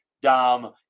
dumb